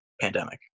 pandemic